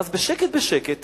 ואז, בשקט-בשקט